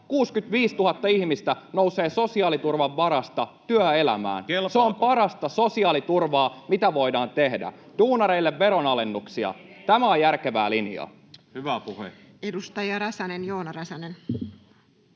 65 000 ihmistä nousee sosiaaliturvan varasta työelämään. [Oikealta: Kelpaako?] Se on parasta sosiaaliturvaa, mitä voidaan tehdä, ja duunareille veronalennuksia. Tämä on järkevää linjaa. Edustaja Joona Räsänen.